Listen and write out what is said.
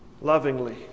Lovingly